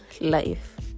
life